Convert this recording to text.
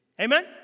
Amen